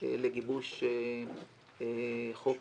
לגיבוש חוק